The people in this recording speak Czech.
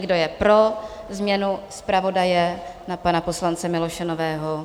Kdo je pro změnu zpravodaje na pana poslance Miloše Nového?